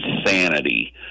insanity